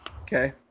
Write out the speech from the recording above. okay